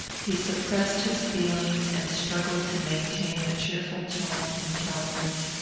he suppressed his feelings and struggled to maintain a cheerful tone and countenance,